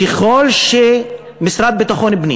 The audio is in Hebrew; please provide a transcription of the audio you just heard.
ככל שמשרד ביטחון הפנים